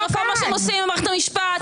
--- מה שהם עושים במערכת המשפט.